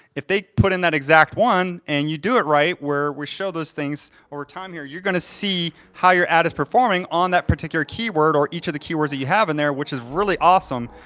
if they put in that exact one, and you do it right, where we show those things over time here, you're gonna see how your ad is performing on that particular keyword, or each of the keywords that you have in there, which is really awesome.